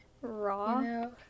raw